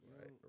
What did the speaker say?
Right